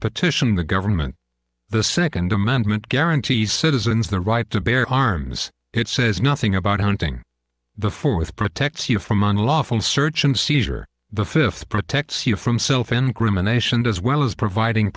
petition the government the second amendment guarantees citizens the right to bear arms it says nothing about hunting the fourth protects you from unlawful search and seizure the fifth protects you from self incrimination as well as providing